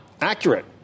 accurate